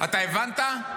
אתה הבנת?